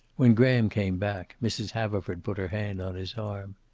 when graham came back, mrs. haverford put her hand on his arm.